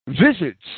visits